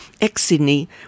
ex-sydney